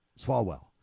Swalwell